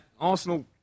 Arsenal